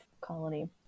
colony